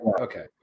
Okay